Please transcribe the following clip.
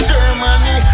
Germany